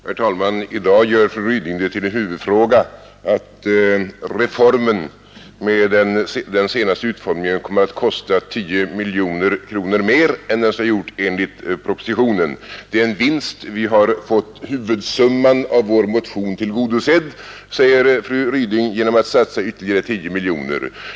Herr talman! I dag gör fru Ryding det till en huvudfråga att reformen med den senaste utformningen kommer att kosta 10 miljoner kronor mer än den skulle ha gjort enligt propositionen. Det är en vinst; vi har fått huvudsumman av vår motion tillgodosedd, säger fru Ryding, genom att satsa ytterligare 10 miljoner.